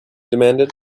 demanded